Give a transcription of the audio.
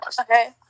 okay